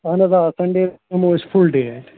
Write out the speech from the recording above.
اَہَن حظ آ سَنٛڈے بیٚہمَو أسۍ فُل ڈیٚے اَتہِ